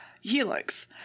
helix